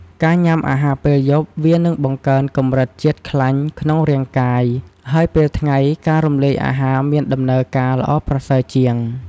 ការញុំាបាយពេលយប់វានឹងបង្កើនកម្រិតជាតិខ្លាញ់ក្នុងរាងកាយ ហើយពេលថ្ងៃការរំលាយអាហារមានដំណើរការល្អប្រសើរជាង។